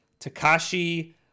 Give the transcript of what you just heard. Takashi